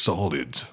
Solid